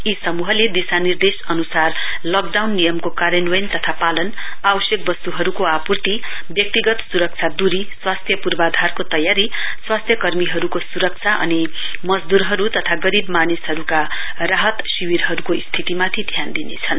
यी समूहले दिशानिर्देश अनुसार लकडाउन नियमको कार्यान्वयन तथा पालन आवश्यक वस्तुहरूको आपूर्ति व्यक्तिगत सुरक्षा दुरी स्वास्थ्य पूर्वाधारको तयारी स्वास्थ्यकर्मीहरूको सुरक्षा अनि मजदूहरू तथा गरीव मानिसहरूका राहत शिविरहरूको स्थितिमाथि ध्यान दिनेछन्